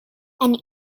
and